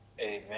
Amen